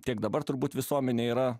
tiek dabar turbūt visuomenėj yra